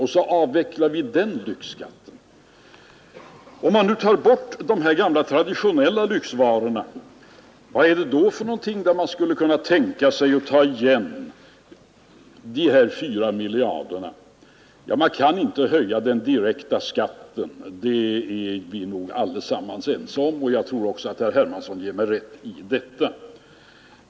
Så avvecklade vi den lyxskatten. Om man alltså bortser från de gamla traditionella lyxvarorna, var skall man då kunna ta igen de här 4 miljarderna? Man kan inte höja den direkta skatten. Det är vi nog allesammans ense om. Jag tror att också herr Hermansson ger mig rätt i detta.